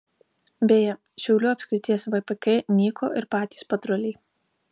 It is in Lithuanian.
beje šiaulių apskrities vpk nyko ir patys patruliai